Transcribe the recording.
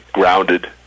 Grounded